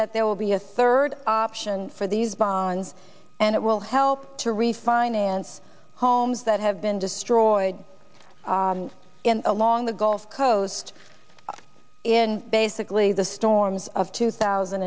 that there will be a third option for these bonds and it will help to refinance homes that have been destroyed in along the gulf coast in basically the storms of two thousand